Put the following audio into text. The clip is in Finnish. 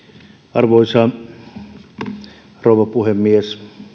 arvoisa rouva puhemies